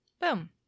Boom